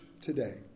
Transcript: today